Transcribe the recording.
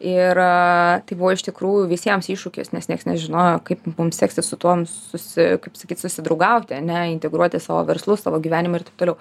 ir tai buvo iš tikrųjų visiems iššūkis nes nieks nežinojo kaip mums seksis su tuo susi kaip sakyt susidraugauti ar ne integruoti savo verslus savo gyvenimą ir taip toliau